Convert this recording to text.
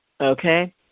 Okay